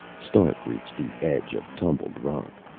stark reached the edge of tumbled rock.